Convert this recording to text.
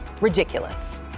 ridiculous